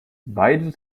beide